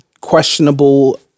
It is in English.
questionable